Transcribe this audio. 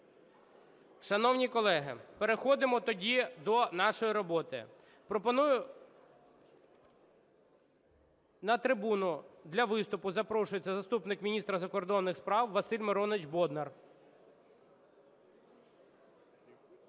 Шановні колеги, переходимо тоді до нашої роботи. Пропоную… На трибуну для виступу запрошується заступник міністра закордонних справ Василь Миронович Боднар.